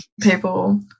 people